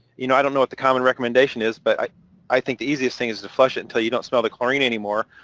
you know i don't know what the common recommendation is, but i i think the easiest thing is to flush it until you don't smell the chlorine anymore.